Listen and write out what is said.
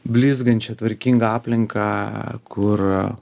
blizgančią tvarkingą aplinką kur